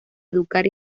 educar